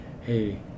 hey